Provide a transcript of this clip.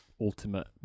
Ultimate